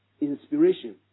Inspiration